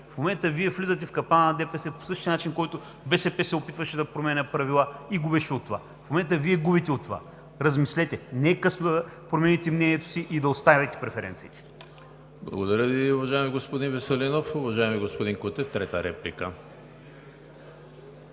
В момента Вие влизате в капана на ДПС по същия начин, по който БСП се опитваше да променя правила и губеше от това. В момента Вие губите от това, размислете! Не е късно да промените мнението си и да оставите преференциите. ПРЕДСЕДАТЕЛ ЕМИЛ ХРИСТОВ: Благодаря Ви, уважаеми господин Веселинов. Уважаеми господин Кутев, трета реплика.